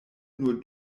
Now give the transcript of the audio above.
nur